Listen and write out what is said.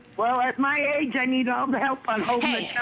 well at my age i need all the help i i